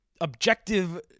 objective